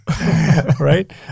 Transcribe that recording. Right